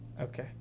Okay